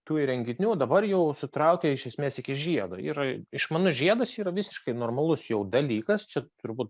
tų įrenginių dabar jau užsitraukia iš esmės iki žiedo yra išmanus žiedas yra visiškai normalus jau dalykas čia turbūt